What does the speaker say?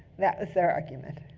that was their argument.